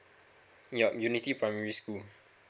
yup unity primary school